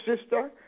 sister